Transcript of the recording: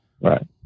Right